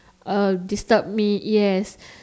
uh disturb me yes